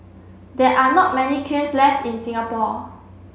there are not many kilns left in Singapore